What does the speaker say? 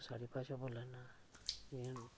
साढ़ी भाशा बोला ना ऐ जियां हून